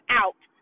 out